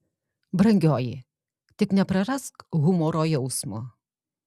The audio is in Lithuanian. brangioji tik neprarask humoro jausmo